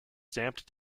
stamped